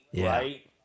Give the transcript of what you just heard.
right